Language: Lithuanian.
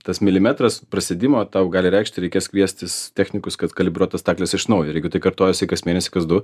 tas milimetras prasėdimo tau gali reikšti reikės kviestis technikus kad kalibruot tas stakles iš naujo ir jeigu tai kartojasi kas mėnesį kas du